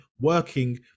working